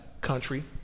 Country